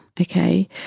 okay